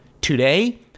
Today